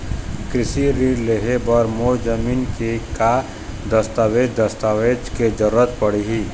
कृषि ऋण लेहे बर मोर जमीन के का दस्तावेज दस्तावेज के जरूरत पड़ही?